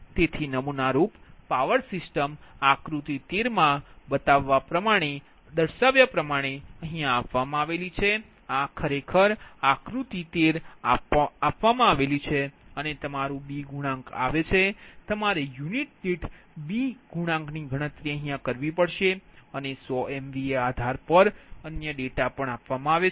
તેથી નમૂના રૂપ પાવર સિસ્ટમ આકૃતિ 13 માં બતાવવામાં પ્રમાણે આપવામા આવી છે આ ખરેખર આકૃતિ 13 સાચી છે અને તમારું B ગુણાંક આવે છે તમારે યુનિટ દીઠ B ગુણાંકની ગણતરી કરવી પડે છે અને 100 એમવીએ આધાર પર અન્ય ડેટા પણ આપવામાં આવે છે